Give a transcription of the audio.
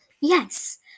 Yes